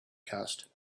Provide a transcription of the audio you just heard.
cast